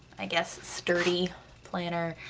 i guess, sturdy planner.